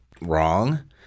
Wrong